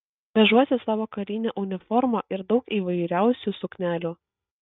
vežuosi savo karinę uniformą ir daug įvairiausių suknelių